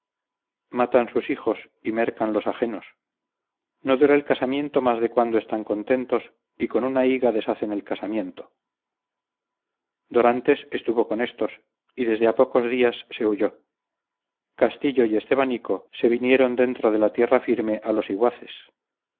matan sus hijos y mercan los ajenos no dura el casamiento más de cuanto están contentos y con una higa deshacen el casamiento dorantes estuvo con éstos y desde a pocos días se huyó castillo y estebanico se vinieron dentro de la tierra firme a los iguaces